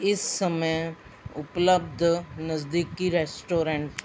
ਇਸ ਸਮੇਂ ਉਪਲਬਧ ਨਜ਼ਦੀਕੀ ਰੈਸਟੋਰੈਂਟ